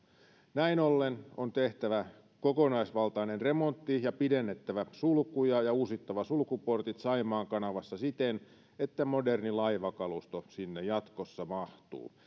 näin ollen on tehtävä kokonaisvaltainen remontti ja pidennettävä sulkuja ja uusittava sulkuportit saimaan kanavassa siten että moderni laivakalusto sinne jatkossa mahtuu